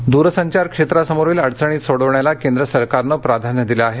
रवीशंकर प्रसाद द्रसंघार क्षेत्रासमोरील अडचणी सोडवण्याला केंद्र सरकारनं प्राधान्य दिलं आहे